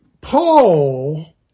Paul